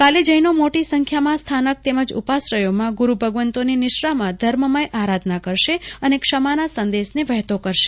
કાલે જૈનો મોટી સંખ્યામાં સ્થાનક તેમજ ઉપાશ્રયોમાં ગુરૂભગવંતોની નિશ્રામાં ધર્મમય આરાધના કરશે અને ક્ષમાના સંદેશને વહેતો કરશે